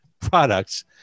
products